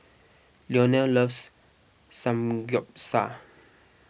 Leonel loves Samgyeopsal